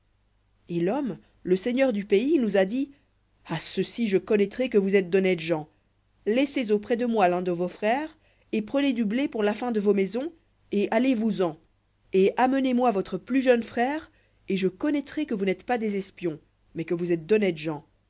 et l'homme le seigneur du pays nous a dit à ceci je connaîtrai que vous êtes d'honnêtes gens laissez auprès de moi l'un de vos frères et prenez pour la faim de vos maisons et allez-vous-en et amenez-moi votre plus jeune frère et je connaîtrai que vous n'êtes pas des espions mais que vous êtes d'honnêtes gens